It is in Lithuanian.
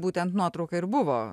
būtent nuotrauka ir buvo